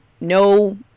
no